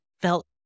felt